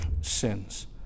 sins